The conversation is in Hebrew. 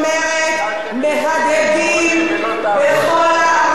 מהדהדים בכל הערוצים.